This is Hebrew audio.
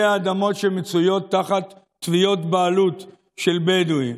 אלה האדמות שמצויות תחת תביעות בעלות של בדואים,